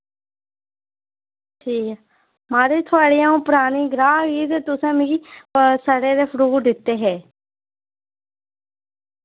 ठीक ऐ माराज थोआड़ी आऊं परानी गाह्क ही ते तुसें मिकी सड़े दे फ्रूट दित्ते हे